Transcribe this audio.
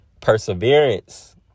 Perseverance